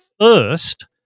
first